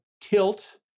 tilt